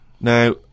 now